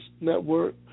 Network